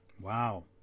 Wow